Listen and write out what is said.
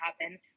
happen